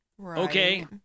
Okay